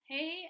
Hey